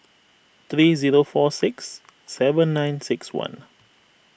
three zero four six seven nine six one